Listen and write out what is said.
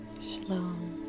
Shalom